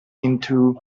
into